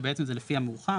כשבעצם זה לפי המאוחר,